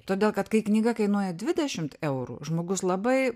todėl kad kai knyga kainuoja dvidešimt eurų žmogus labai